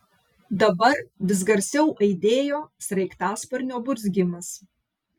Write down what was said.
dabar vis garsiau aidėjo sraigtasparnio burzgimas